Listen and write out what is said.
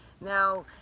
Now